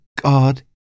God